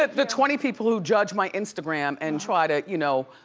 the twenty people who judge my instagram and try to, you know,